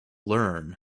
learn